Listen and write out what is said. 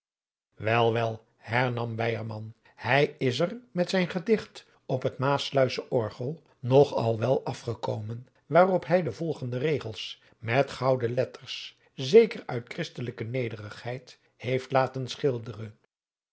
wel wel hernam weyerman hij is er met zijn gedicht op het maassluissche orgel nog al wel afgekomen waarop hij de volgende regels met gouden letters zeker uit christelijke nederigheid heeft laten schilderen